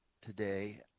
today